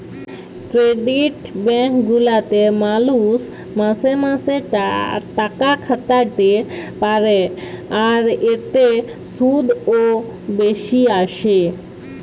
credit bank গুলাতে মালুষ মাসে মাসে তাকাখাটাতে পারে, আর এতে শুধ ও বেশি আসে